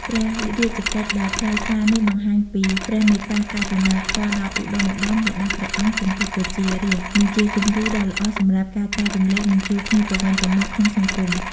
ព្រះរាជកិច្ចដ៏ថ្លៃថ្លានេះបង្ហាញពី ព្រះមេត្តាករុណាធម៌ដ៏ឧត្តុង្គឧត្តម របស់ព្រះអង្គចំពោះប្រជារាស្ត្រ និងជាគំរូដ៏ល្អសម្រាប់ការចែករំលែក និងជួយគ្នាទៅវិញទៅមកក្នុងសង្គម។